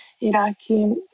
Iraqi